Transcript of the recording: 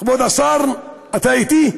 כבוד השר, אתה אתי?